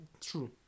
True